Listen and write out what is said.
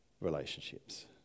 Relationships